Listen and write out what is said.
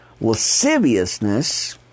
lasciviousness